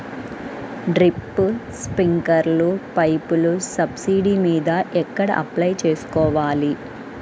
Drip, స్ప్రింకర్లు పైపులు subsidy మీద ఎక్కడ అప్లై చేసుకోవాలి?